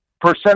percent